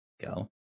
Go